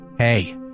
Hey